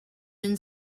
and